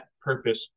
purpose